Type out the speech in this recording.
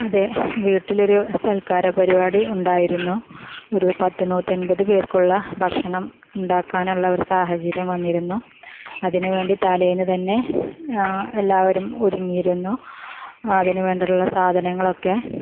അതെ വീട്ടിലൊരു സത്ക്കാര പരിപാടി ഉണ്ടായിരുന്നു ഒരു പത്ത് നൂറ്റൻപത് പേർക്കുള്ള ഭക്ഷണം ഉണ്ടാക്കാനുള്ള ഒരു സാഹചര്യം വന്നിരുന്നു അതിന് വേണ്ടി തലേന്നു തന്നെ എല്ലാവരും ഒരുങ്ങിയിരുന്നു അതിന് വേണ്ടിയിട്ടുള്ള സാധനങ്ങളൊക്കെ